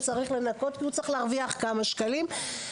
שצריך לנקות כי הוא צריך להרוויח כמה שקלים.